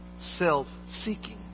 self-seeking